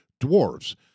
dwarves